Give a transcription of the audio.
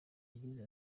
yagize